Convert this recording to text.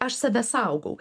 aš save saugau